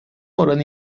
oranı